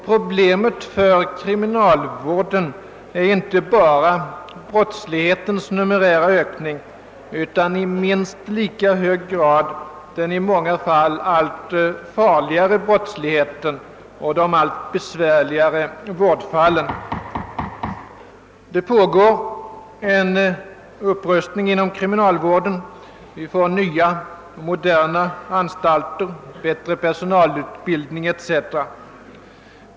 Problemet för kriminalvården är inte bara att antalet brott ökar, utan i minst lika hög grad att brottsligheten i många fall blir allt farligare och att vårdfallen blir allt besvärligare. Det pågår en upprustning inom kriminalvården. Vi får nya moderna anstalter, bättre personalutbildning etc.